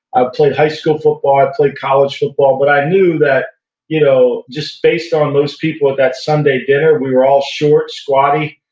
i played high school football, i played college football, but i knew you know just based on those people at that sunday dinner, we were all short, squatty,